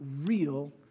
real